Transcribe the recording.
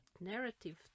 narrative